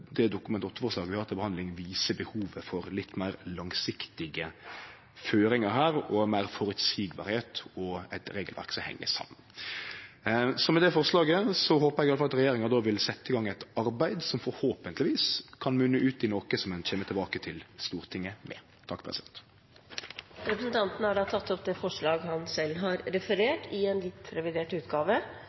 det Dokument 8-forslaget vi har til behandling, viser behovet for litt meir langsiktige føringar her, meir føreseielege vilkår og eit regelverk som heng saman. Med det forslaget håpar eg at regjeringa vil setje i gang eit arbeid som forhåpentlegvis kan munne ut i noko ein kjem tilbake til Stortinget med. Representanten har tatt opp det forslaget han har referert i en litt revidert